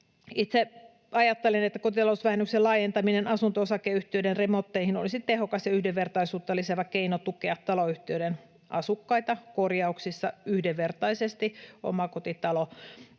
Itse ajattelen, että kotitalousvähennyksen laajentaminen asunto-osakeyhtiöiden remontteihin olisi tehokas ja yhdenvertaisuutta lisäävä keino tukea taloyhtiöiden asukkaita korjauksissa yhdenvertaisesti omakotitaloasujien